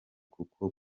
kuko